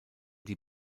die